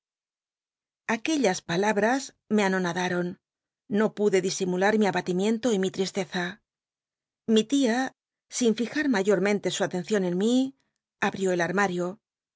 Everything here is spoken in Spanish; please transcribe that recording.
aquellas palabras me anonadaron no pude disimular mi abatimiento y mi tristeza mi tia sin ojar mayormente su atcncion en mí abrió el armario